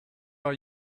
are